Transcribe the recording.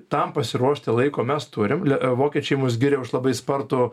tam pasiruošti laiko mes turim vokiečiai mus giria už labai spartų